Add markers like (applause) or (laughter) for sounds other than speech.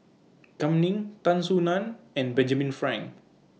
(noise) Kam Ning Tan Soo NAN and Benjamin Frank